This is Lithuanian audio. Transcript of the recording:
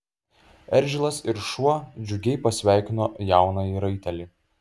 eržilas ir šuo džiugiai pasveikino jaunąjį raitelį